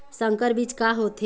संकर बीज का होथे?